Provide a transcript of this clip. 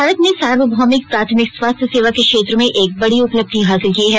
भारत ने सार्वभौमिक प्राथमिक स्वास्थ्य सेवा के क्षेत्र में एक बड़ी उपलब्धि हासिल की है